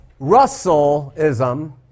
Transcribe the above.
Russellism